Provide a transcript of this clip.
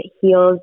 heals